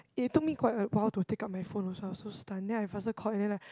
it took me quite a while to take up my phone also I was so stunned then I faster call then like